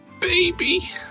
baby